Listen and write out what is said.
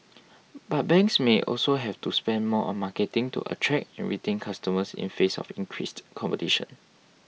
but banks may also have to spend more on marketing to attract and retain customers in face of increased competition